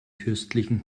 fürstlichen